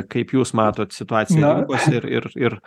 kaip jūs matot situaciją rinkos ir ir ir